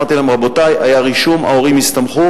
אמרתי להם: רבותי, היה רישום, ההורים הסתמכו.